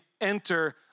enter